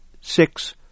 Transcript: six